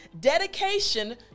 dedication